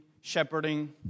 shepherding